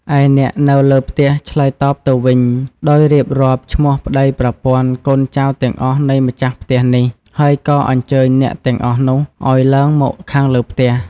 ឯអ្នកនៅលើផ្ទះឆ្លើយតបទៅវិញ ដោយរៀបរាប់ឈ្មោះប្តីប្រពន្ធ កូនចៅទាំងអស់នៃម្ចាស់ផ្ទះនេះ ហើយក៏អញ្ជើញអ្នកទាំងអស់នោះឲ្យឡើងមកខាងលើផ្ទះ ។